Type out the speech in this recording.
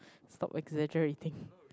stop exaggerating